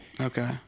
Okay